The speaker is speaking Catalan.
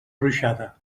ruixada